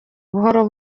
buhoro